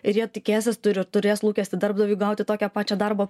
ir jie tikėsis turi turės lūkestį darbdaviui gauti tokią pačią darbo